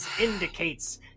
indicates